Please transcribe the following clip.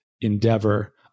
endeavor